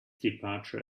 departure